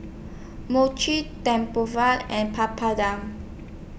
Mochi and Papadum